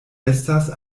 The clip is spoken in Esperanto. estas